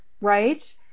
right